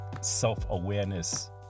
self-awareness